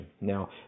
Now